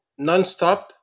nonstop